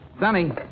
Sonny